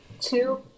two